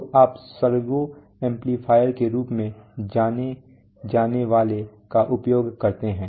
तो आप सर्वो एम्पलीफायरों के रूप में जाने जाने वाले का उपयोग करते हैं